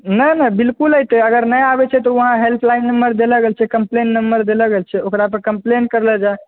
नहि नहि बिल्कुल अतय अगर नहि आबै छै तऽ वहाँ हेल्पलाइन नंबर देलो गेल छै कम्प्लेन नंबर देलो गेल छै ओकरा पर कम्प्लेन करलो जाए